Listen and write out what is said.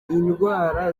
indwara